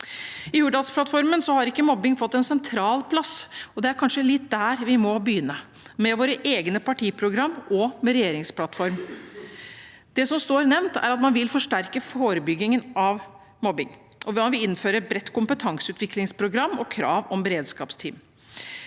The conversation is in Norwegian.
I Hurdalsplattformen har ikke mobbing fått en sentral plass, og det er kanskje litt der vi må begynne, med våre egne partiprogrammer og med regjeringsplattformen. Det som står nevnt, er at man vil forsterke forebyggingen av mobbing, og man vil innføre et bredt kompetanseutviklingsprogram og krav om beredskapsteam.